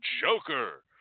Joker